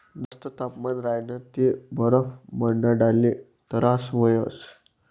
जास्त तापमान राह्यनं ते बरफ बनाडाले तरास व्हस